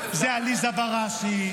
זאת עליזה בראשי,